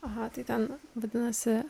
aha tai ten vadinasi